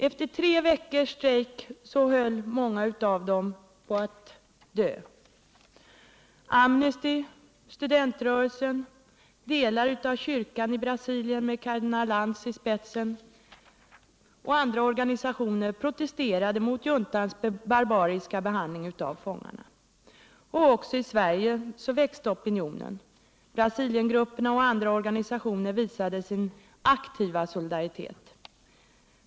Efter tre veckors strejk höll många av dem på att dö. Amnesty, studentrörelsen, delar av kyrkan med kardinal Arnz i spetsen och andra organisationer protesterade mot juntans barbariska behandling av fångarna. Också i Sverige växte opinionen. Brasiliengrupperna och andra organisationer visade sin aktiva solidaritet.